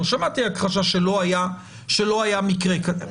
לא שמעתי הכחשה שלא היה מקרה כזה.